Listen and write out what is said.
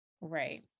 Right